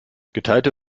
geteilte